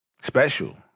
Special